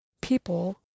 people